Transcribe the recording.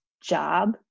job